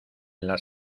las